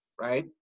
Right